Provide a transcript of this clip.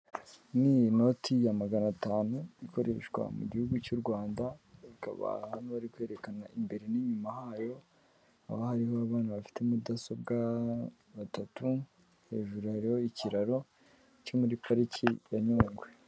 Iyi ni inoti ya magana atanu ikoreshwa mu gihugu cy'u Rwanda, bakaba hano bari kwerekana imbere n'inyuma hayo, haba hariho abana bafite mudasobwa batatu, hejuru hariho ikiraro cyo muri pariki ya Nyungwe.